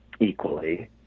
equally